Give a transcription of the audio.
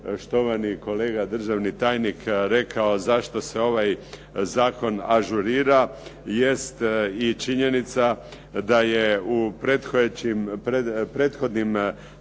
štovani kolega državni tajnik rekao zašto se ovaj zakon ažurira jest i činjenica da je u prethodnim